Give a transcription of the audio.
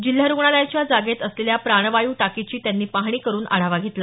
जिल्हा रुग्णालयाच्या जागेत असलेल्या प्राणवायू टाकीची त्यांनी पाहणी करून आढावा घेतला